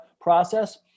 process